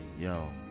yo